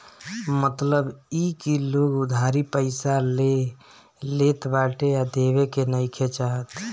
मतलब इ की लोग उधारी पईसा ले लेत बाटे आ देवे के नइखे चाहत